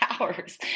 hours